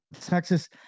Texas